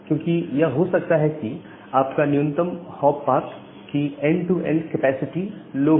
क्योंकि यह हो सकता है कि आपका न्यूनतम हॉप पाथ की end to end capacity low हो